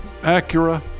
Acura